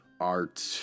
art